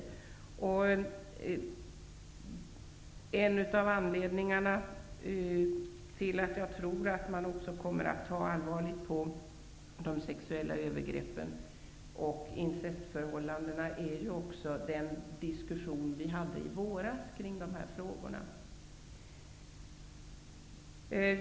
En av anledningarna till att jag tror att man också kommer att ta allvarligt på detta med sexuella övergrepp och incestförhållanden är just att vi i våras diskuterade de här frågorna.